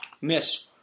Miss